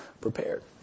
prepared